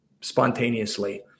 spontaneously